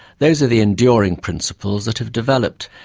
those are the enduring principles that have developed.